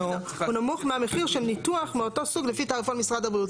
הוא נמוך מהמחיר של ניתוח מאותו סוג של תעריפון משרד הבריאות.